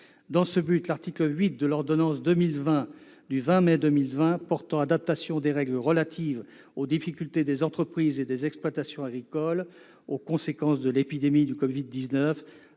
et plus rapides. L'ordonnance n° 2020-596 du 20 mai 2020 portant adaptation des règles relatives aux difficultés des entreprises et des exploitations agricoles aux conséquences de l'épidémie poursuit